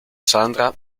sandra